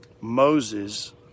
Moses